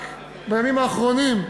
רק בימים האחרונים,